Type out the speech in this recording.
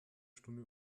stunde